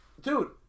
dude